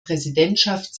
präsidentschaft